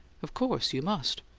of course you must.